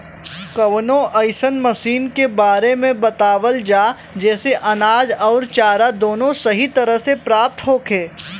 कवनो अइसन मशीन के बारे में बतावल जा जेसे अनाज अउर चारा दोनों सही तरह से प्राप्त होखे?